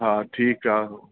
हा ठीकु आहे